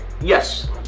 yes